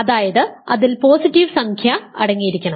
അതായത് അതിൽ പോസിറ്റീവ് സംഖ്യ അടങ്ങിയിരിക്കണം